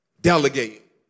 delegate